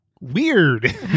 Weird